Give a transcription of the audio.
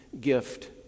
gift